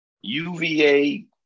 UVA